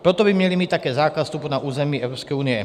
Proto by měli mít také zákaz vstupu na území Evropské unie.